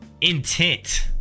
intent